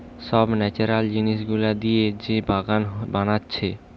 সব ন্যাচারাল জিনিস গুলা দিয়ে যে বাগান বানাচ্ছে